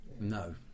no